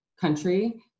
country